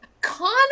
Connor